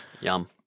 Yum